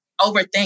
overthink